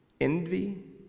envy